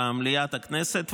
במליאת הכנסת,